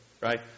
Right